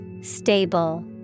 Stable